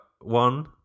one